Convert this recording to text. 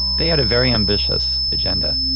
they had a very ambitious agenda.